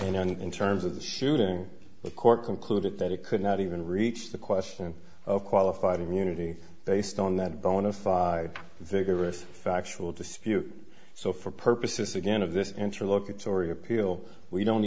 on in terms of the shooting the court concluded that it could not even reach the question of qualified immunity based on that bona fide vigorous factual dispute so for purposes again of this answer look at story appeal we don't